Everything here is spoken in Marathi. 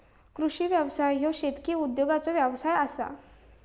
कृषी व्यवसाय ह्यो शेतकी उत्पादनाचो व्यवसाय आसा